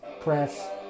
Press